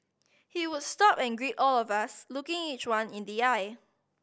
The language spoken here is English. he would stop and greet all of us looking each one in the eye